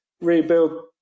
rebuild